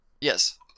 Yes